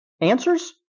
answers